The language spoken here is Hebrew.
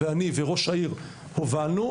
אני וראש העיר הובלנו,